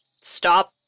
stop